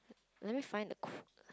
let me find the quote